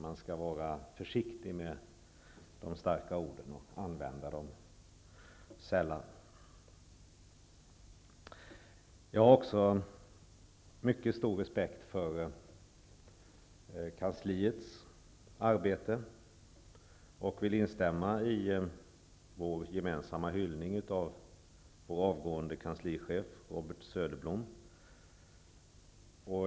Man skall vara försiktig med de starka orden och använda dem sällan. Jag har också mycket stor respekt för kanslipersonalens arbete och vill instämma i den gemensamma hyllningen av vår avgående kanslichef Robert Söderblom.